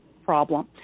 problem